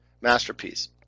masterpiece